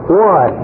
One